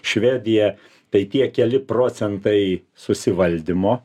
švedija tai tie keli procentai susivaldymo